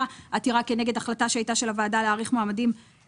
עתירה כנגד החלטה שהייתה של הוועדה להאריך מועדים